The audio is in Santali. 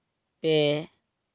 ᱯᱮ